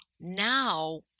now